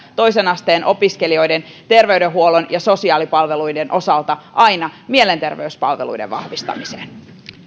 toisen asteen opiskelijoiden terveydenhuollon ja sosiaalipalveluiden osalta aina mielenterveyspalveluiden vahvistamiseen